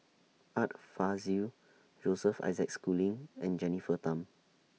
Art Fazil Joseph Isaac Schooling and Jennifer Tham